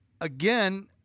again